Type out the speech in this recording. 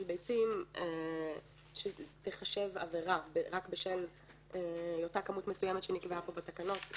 ביצים תיחשב עבירה רק בשל אותה כמות מסוימת שנקבעה פה בתקנות.